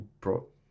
brought